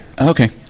Okay